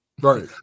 Right